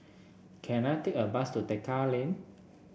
can I take a bus to Tekka Lane